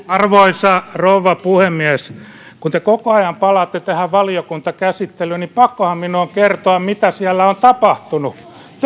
arvoisa rouva puhemies kun te koko ajan palaatte tähän valiokuntakäsittelyyn niin pakkohan minun on kertoa mitä siellä on tapahtunut